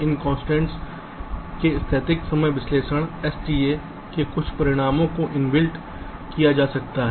इन constraints में स्थैतिक समय विश्लेषण STA के कुछ परिणामों को इनबिल्ट किया जा सकता है